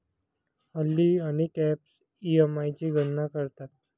हल्ली अनेक apps EMI ची गणना करतात